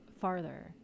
farther